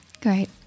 Great